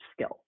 skill